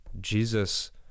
Jesus